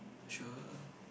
sure